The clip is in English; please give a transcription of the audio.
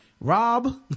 Rob